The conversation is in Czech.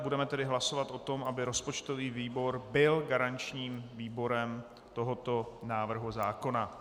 Budeme tedy hlasovat o tom, aby rozpočtový výbor byl garančním výborem tohoto návrhu zákona.